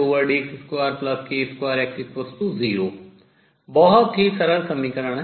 d2Xdx2k2X0 बहुत ही सरल समीकरण है